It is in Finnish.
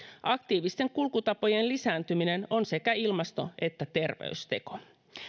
aktiivisten kulkutapojen lisääntyminen on sekä ilmasto että terveysteko